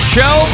Show